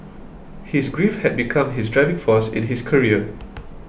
his grief had become his driving force in his career